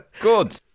Good